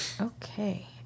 okay